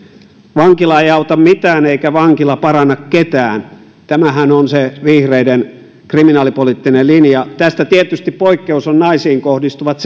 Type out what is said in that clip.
vankila ei auta mitään eikä vankila paranna ketään tämähän on se vihreiden kriminaalipoliittinen linja tästä tietysti poikkeus on naisiin kohdistuvat